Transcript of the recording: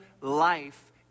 life